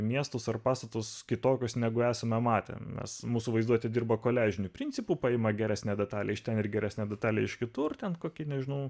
miestus ar pastatus kitokius negu esame matėme mes mūsų vaizduotė dirba koliažiniu principu paima geresnę detalę iš ten ir geresnę detalę iš kitur ten kokį nežinau